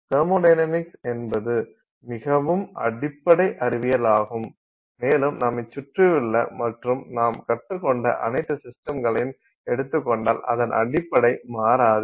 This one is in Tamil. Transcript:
தெர்மோடைனமிக்ஸ் என்பது மிகவும் அடிப்படை அறிவியலாகும் மேலும் நம்மைச் சுற்றியுள்ள மற்றும் நாம் கற்றுக்கொண்ட அனைத்து சிஸ்டம்களையும் எடுத்துக் கொண்டால் அதன் அடிப்படை மாறாது